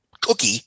cookie